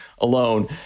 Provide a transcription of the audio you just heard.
alone